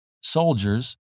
soldiers